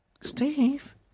Steve